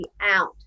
out